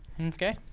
Okay